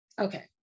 Okay